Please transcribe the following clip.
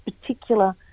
particular